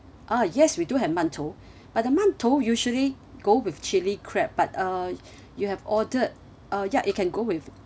uh yes we do have 馒头 but the 馒头 usually go with chilli crab but err you have ordered uh ya it can go with